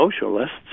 socialists